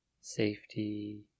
safety